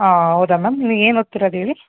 ಹಾಂ ಹೌದಾ ಮ್ಯಾಮ್ ನೀವು ಏನು ಓದ್ತಿರೋದು ಹೇಳಿ